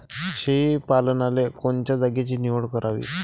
शेळी पालनाले कोनच्या जागेची निवड करावी?